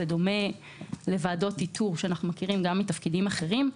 בדומה לוועדות איתור שאנחנו מכירים גם מתפקידים אחרים.